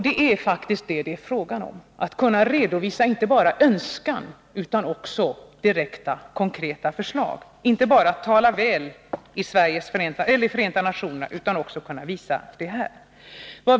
Det är faktiskt detta det är fråga om, att redovisa inte bara en önskan utan också direkta konkreta förslag, inte bara tala väl i Förenta nationerna utan även kunna visa det i handling här.